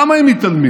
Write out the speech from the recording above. למה הם מתעלמים?